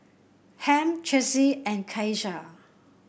Ham Chessie and Keisha